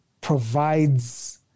provides